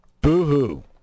Boo-hoo